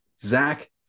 Zach